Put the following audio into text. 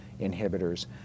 inhibitors